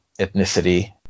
ethnicity